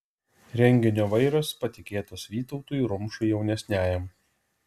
renginio vairas patikėtas vytautui rumšui jaunesniajam